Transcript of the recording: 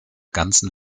ganzen